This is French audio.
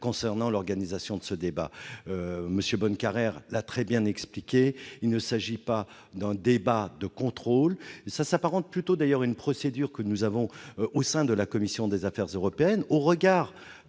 concernant l'organisation de ce débat. Philippe Bonnecarrère l'a très bien expliqué : il ne s'agit pas d'un débat de contrôle ; ce moment s'apparente plutôt à une procédure qui existe au sein de la commission des affaires européennes, au regard